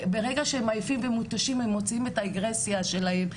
ברגע שהם עייפים ומותשים הם מוציאים את האגרסיה שלהם,